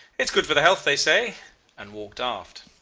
it's good for the health, they say and walked aft.